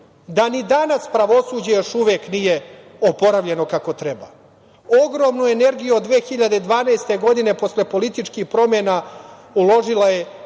da ni danas pravosuđe još uvek nije oporavljeno kako treba. Ogromnu energiju od 2012. godine posle političkih promena uložila je